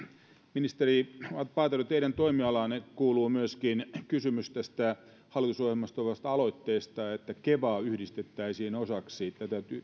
ministeri paatero teidän toimialaanne kuuluu myöskin kysymys tästä hallitusohjelmassa olevasta aloitteesta että keva yhdistettäisiin osaksi